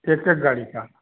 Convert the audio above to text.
एक एक गाड़ी का